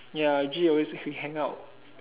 ya G always like to hang out